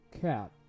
Cat